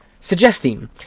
suggesting